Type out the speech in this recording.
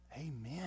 Amen